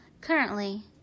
currently